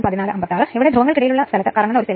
അതിനാൽ I c V1 R c അതിനാൽ 0